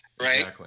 right